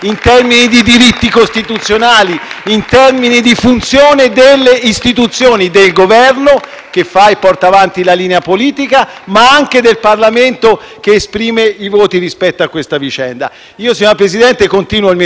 che fa e porta avanti la linea politica, ma anche del Parlamento, che esprime i voti rispetto a questa vicenda. *(Applausi dal Gruppo PD).* Signor Presidente, continuo il mio intervento, però le chiedo, gentilmente, ma in termini rigorosi e istituzionali,